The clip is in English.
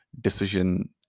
decision